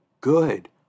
good